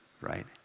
right